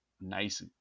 nice